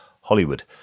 Hollywood